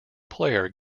player